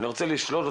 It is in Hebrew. רוצה לשאול אותך,